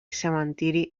cementiri